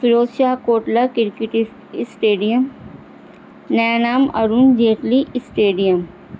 Ferozshah Kotla cricket stadium نینام Arun Jaitley stadium